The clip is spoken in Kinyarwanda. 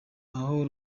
aho